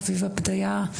חביבה פדיה,